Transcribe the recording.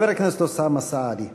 חבר הכנסת אוסאמה סעדי.